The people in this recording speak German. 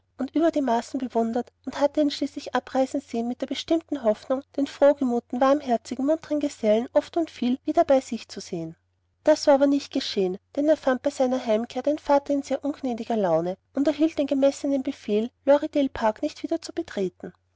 und über die maßen bewundert und hatte ihn schließlich abreisen sehen in der bestimmten hoffnung den frohgemuten warmherzigen munteren gesellen oft und viel wieder bei sich zu sehen das war aber nicht geschehen denn er fand bei seiner heimkehr den vater in sehr ungnädiger laune und erhielt den gemessenen befehl lorridaile park nicht wieder zu betreten